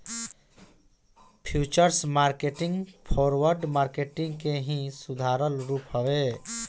futures market forward market के ही सुधारल रूप हवे